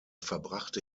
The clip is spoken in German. verbrachte